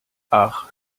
ach